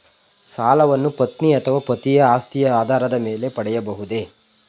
ಸಾಲವನ್ನು ಪತ್ನಿ ಅಥವಾ ಪತಿಯ ಆಸ್ತಿಯ ಆಧಾರದ ಮೇಲೆ ಪಡೆಯಬಹುದೇ?